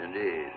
indeed